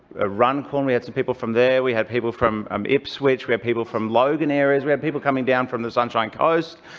ah runcorn we had some people from there. we had people from um ipswich. we had people from logan areas. we had people coming down from the sunshine coast.